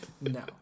No